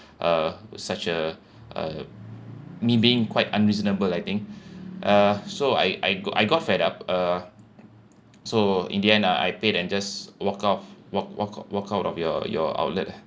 uh with such a a me being quite unreasonable I think uh so I I got I got fed up uh so in the end uh I paid and just walk out walk walk walk out of your your outlet ah